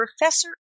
Professor